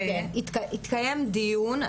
ש- התקיים דיון,